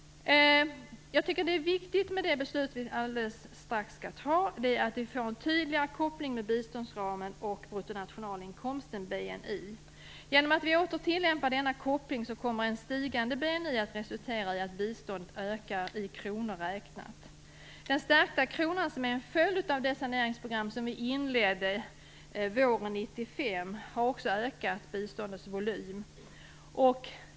Det beslut vi alldeles strax skall fatta innebär att vi får en tydligare koppling mellan biståndsramen och bruttonationalinkomsten, BNI. Genom att vi åter tillämpar denna koppling kommer en stigande BNI att resultera i att biståndet ökar i kronor räknat. Förstärkningen av kronan, som är en följd av det saneringsprogram som vi inledde våren 1995, har också ökat biståndets volym.